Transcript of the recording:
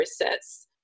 process